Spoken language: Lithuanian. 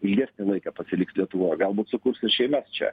ilgesnį laiką pasiliks lietuvoj galbūt sukurs ir šeimas čia